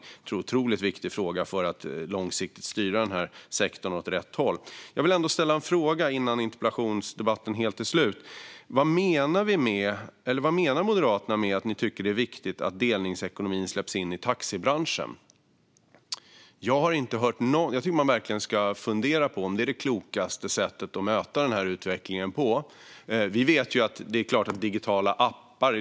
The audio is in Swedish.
Detta är en otroligt viktig fråga när det gäller att långsiktigt styra sektorn åt rätt håll. Jag vill ställa en fråga innan interpellationsdebatten är slut: Vad menar Moderaterna med att ni tycker att det är viktigt att delningsekonomin släpps in i taxibranschen? Jag tycker att man verkligen ska fundera på om det är det klokaste sättet att möta denna utveckling. Det är klart att digitala appar används.